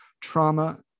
trauma